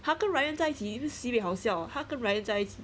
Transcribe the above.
他跟 ryan 在一起是 sibeh 好笑他跟 ryan 在一起